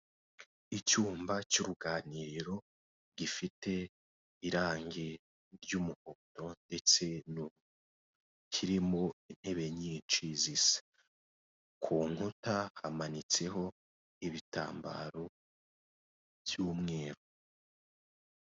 Icyumba cy'uruganiriro gifite irange ry'umuhondo ndetse kirimo intebe nyinshi zisa, ku nkuta hamanitseho ibitambaro by'umweru.